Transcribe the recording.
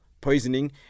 poisoning